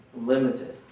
limited